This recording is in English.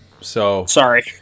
Sorry